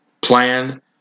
plan